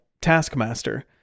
Taskmaster